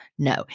No